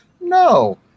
No